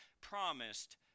promised